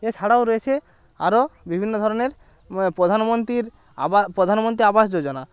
এছাড়াও রয়েছে আরো বিভিন্ন ধরনের প্রধানমন্ত্রীর আবা প্রধানমন্ত্রী আবাস যোজনা